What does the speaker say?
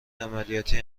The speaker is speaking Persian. عملیاتی